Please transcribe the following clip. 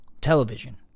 television